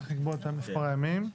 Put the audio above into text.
צריך לקבוע את מספר הימים.